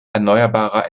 erneuerbarer